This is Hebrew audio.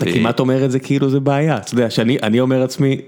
אתה כמעט אומר את זה כאילו זה בעיה, אתה יודע, שאני אומר לעצמי